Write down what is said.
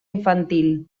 infantil